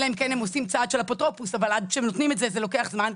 אלא אם כן הם עושים צעד של אפוטרופוס אבל עד שנותנים את זה זה לוקח זמן.